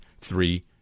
three